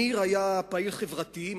ניר היה פעיל חברתי,